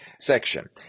section